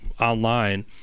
online